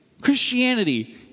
Christianity